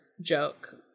joke